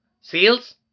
sales